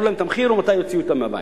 להם את המחיר או מתי יוציאו אותם מהבית.